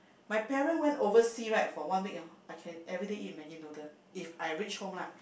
my parent went oversea right for one week hor I can everyday eat maggie noodle If I reach home lah